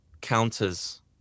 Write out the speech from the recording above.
counters